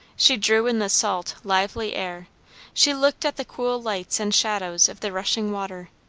she drew in the salt, lively air she looked at the cool lights and shadows of the rushing water,